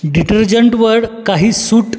डिटर्जंटवर काही सूट